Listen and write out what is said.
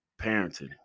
parenting –